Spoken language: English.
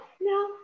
no